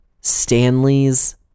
Stanley's